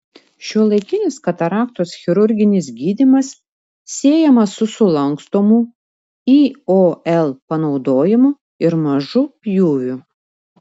šiuolaikinis kataraktos chirurginis gydymas siejamas su sulankstomų iol panaudojimu ir mažu pjūviu